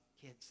kids